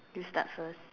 you start first